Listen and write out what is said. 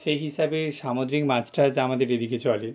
সেই হিসাবে সামুদ্রিক মাছ টাছ আমাদের এদিকে চলে